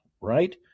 right